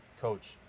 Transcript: coach